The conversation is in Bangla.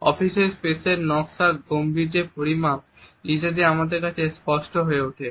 অফিসের স্পেসের নকশা গাম্ভীর্যের পরিমাণ ইত্যাদি আমাদের কাছে স্পষ্ট হয়ে ওঠে